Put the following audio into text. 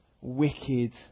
wicked